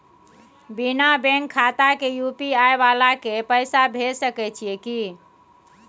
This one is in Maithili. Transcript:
बिना बैंक खाता के यु.पी.आई वाला के पैसा भेज सकै छिए की?